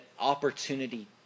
opportunity